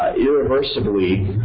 irreversibly